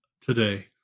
today